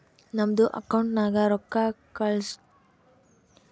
ನಮ್ದು ಅಕೌಂಟ್ ನಾಗ್ ರೊಕ್ಕಾ ಕಳ್ಸಸ್ಟ ರೊಕ್ಕಾ ಅವಾ ಎನ್ ಇಲ್ಲಾ ಅಂತ್ ಸರ್ಟಿಫೈಡ್ ಚೆಕ್ ನಾಗ್ ಗೊತ್ತಾತುದ್